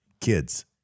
kids